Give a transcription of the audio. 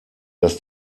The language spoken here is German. dass